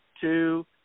Two